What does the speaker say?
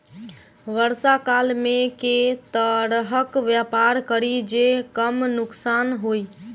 वर्षा काल मे केँ तरहक व्यापार करि जे कम नुकसान होइ?